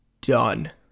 done